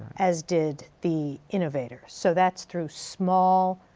as did the innovator. so that's through small,